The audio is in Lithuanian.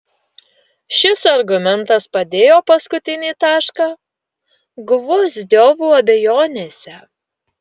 šis argumentas padėjo paskutinį tašką gvozdiovų abejonėse